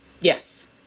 Yes